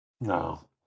No